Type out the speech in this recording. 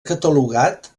catalogat